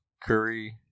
curry